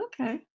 okay